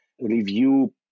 review